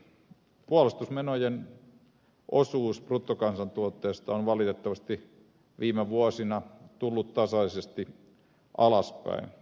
puolustusmenojen osuus bruttokansantuotteesta on valitettavasti viime vuosina tullut tasaisesti alaspäin